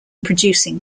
producing